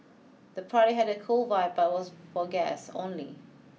the party had a cool vibe but was for guests only